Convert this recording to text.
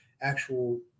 actual